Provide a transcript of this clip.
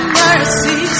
mercy